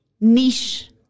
niche